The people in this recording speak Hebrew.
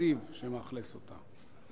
היציב שמאכלס אותה.